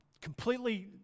completely